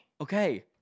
Okay